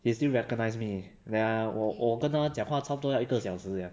they still recognize me then I 我我跟他讲话差不多一个小时 sia